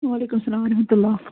وعلیکُم سلام ورحمتُہ اللہ